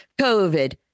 covid